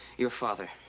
your father.